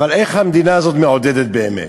אבל איך המדינה הזאת מעודדת באמת?